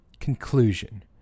Conclusion